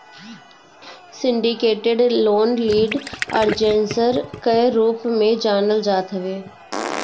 syndicated loan lead arrangers कअ रूप में जानल जात हवे